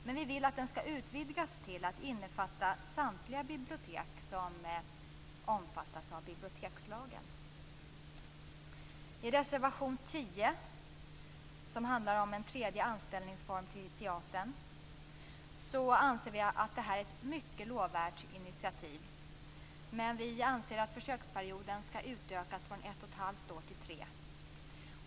Men vi vill att den skall utvidgas till att innefatta samtliga bibliotek som omfattas av bibliotekslagen. Reservation 10 handlar om en tredje anställningsform till teatern. Vi anser att det är ett mycket lovvärt initiativ. Men vi anser att försöksperioden skall utökas från ett och ett halvt år till tre.